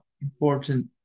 important